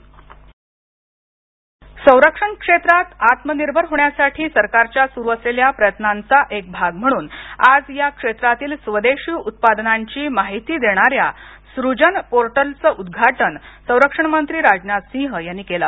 सरक्षण मंत्री संरक्षण क्षेत्रात आत्मनिर्भर होण्यासाठी सरकारच्या सुरु असलेल्या प्रयत्नांचा एक भाग म्हणून आज या क्षेत्रातील स्वदेशी उत्पादनांची माहिती देणाऱ्या सृजन पोर्टलचं उद्घाटन संरक्षण मंत्री राजनाथ सिंह यांनी केलं